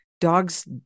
dog's